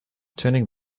turning